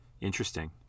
Interesting